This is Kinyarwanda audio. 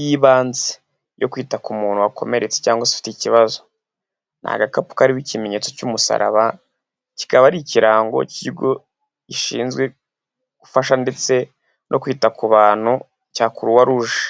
y'ibanze yo kwita ku muntu wakomeretse cyangwa se ufite ikibazo. Ni agakapu kariho ikimenyetso cy'umusaraba, kikaba ari ikirango cy'ikigo gishinzwe gufasha ndetse no kwita ku bantu cya kuruwa ruje.